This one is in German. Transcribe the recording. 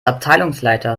abteilungsleiter